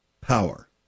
power